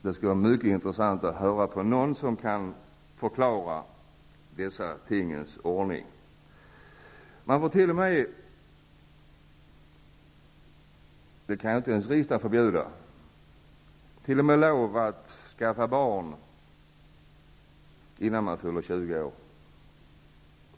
Det skulle vara mycket intressant att höra någon som kunde förklara denna tingens ordning. Man får t.o.m. -- det kan inte ens riksdagen förbjuda -- skaffa barn innan man fyller 20 år.